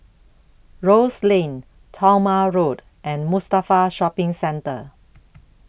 Rose Lane Talma Road and Mustafa Shopping Centre